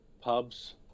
pubs